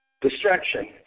distraction